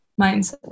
mindset